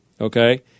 okay